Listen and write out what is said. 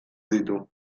ditu